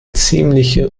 ziemliche